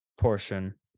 portion